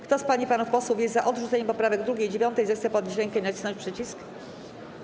Kto z pań i panów posłów jest za odrzuceniem poprawek 2. i 9., zechce podnieść rękę i nacisnąć przycisk.